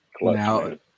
Now